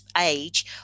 age